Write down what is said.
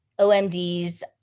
OMDs